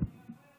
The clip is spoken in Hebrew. אני אבוא יותר